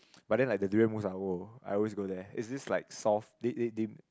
but like the durian mousse ah !woah! I always go there is this like soft they they they